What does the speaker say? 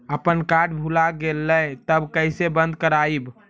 अपन कार्ड भुला गेलय तब कैसे बन्द कराइब?